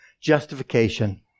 justification